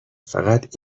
فقط